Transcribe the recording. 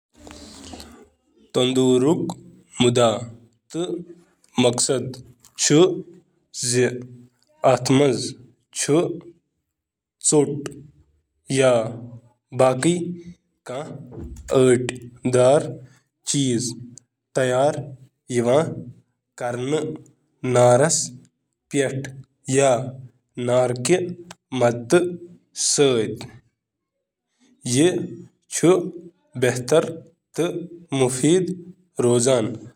Oven کَمہِ مقصدٕچ کٲم چھِ کران اوونُک مقصد کیا چُھ؟ اوونُک مقصد چُھ رَنُن، بیکنگ، گرم کرُن تہٕ مُختٔلِف قٕسمٕک کھیٚنٕکۍ چیٖز گرِل کرٕنۍ۔